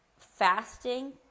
Fasting